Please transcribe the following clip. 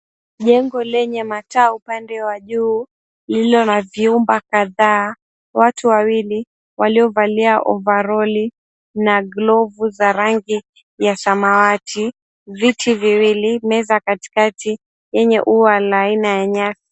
Jengo lenye mataa upande wa juu lilo na vyumba kadhaa, watu wawili waliovalia ovaroli na glovu za rangi ya samawati. Viti viwili, meza katikati yenye ua la aina ya nyasi.